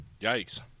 Yikes